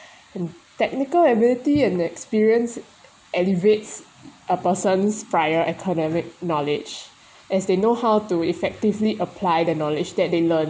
and technical ability and experience elevates a person's prior academic knowledge as they know how to effectively apply the knowledge that they learn